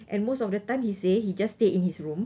and most of the time he say he just stay in his room